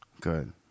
Good